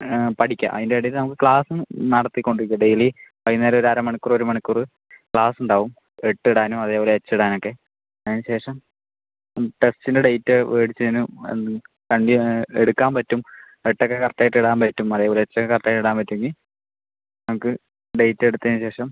പഠിക്കാം അതിൻ്റെ ഇടയില് നമുക്ക് ക്ലാസ് നടത്തി കൊണ്ടിരിക്കാം ഡെയിലി വൈകുന്നേരം ഒര് അരമണിക്കൂർ ഒരു മണിക്കൂറ് ക്ലാസ് ഉണ്ടാകും എട്ട് ഇടാനും അതേപോല എച്ച് ഇടാൻ ഒക്കെ അതിന് ശേഷം ടെസ്റ്റിൻ്റെ ഡേറ്റ് മേടിച്ച് കഴിഞ്ഞ് വണ്ടി എടുക്കാൻ പറ്റും എട്ട് ഒക്കെ കറക്റ്റ് ആയിട്ട് ഇടാൻ പറ്റും അതേപോലെ എച്ച് ഒക്കെ കറക്റ്റ് ആയിട്ട് ഇടാൻ പറ്റുവെങ്കിൽ നമുക്ക് ഡേറ്റ് എടുത്തതിന് ശേഷം